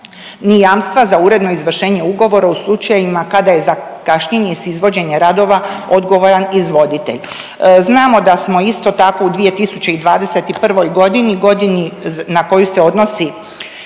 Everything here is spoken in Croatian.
ni jamstva za uredno izvršenje ugovora u slučajevima kada je za kašnjenje s izvođenjem radova odgovoran izvoditelj. Znamo da smo isto tako u 2021.g., godini na koju se odnosi